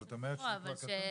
אבל את אומרת שזה כבר כתוב בחוק.